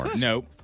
Nope